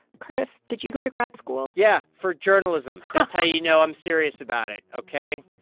cardiff, did you go to grad school? yeah, for journalism. that's how you know i'm serious about it, ok?